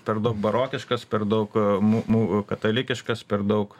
per daug barokiškas per daug mū mū katalikiškas per daug